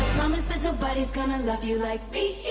promise that nobody's gonna love you like